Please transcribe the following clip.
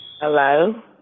Hello